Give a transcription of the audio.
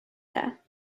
there